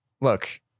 Look